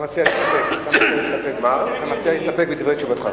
מציע להסתפק בדברי תשובתך.